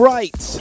Right